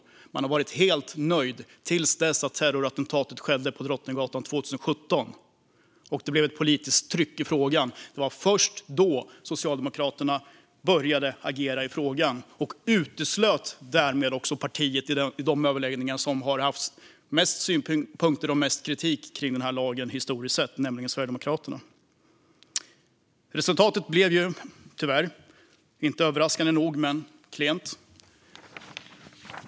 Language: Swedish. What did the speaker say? Man har varit helt nöjd till dess att terrorattentatet skedde på Drottninggatan 2017 och det blev ett politiskt tryck i frågan. Det var först då Socialdemokraterna började agera i frågan och därvid också vid överläggningarna uteslöt det parti som historiskt sett haft mest synpunkter på och mest kritik mot denna lag, nämligen Sverigedemokraterna. Resultatet blev tyvärr, inte överraskande, klent.